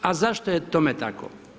A zašto je tome tako?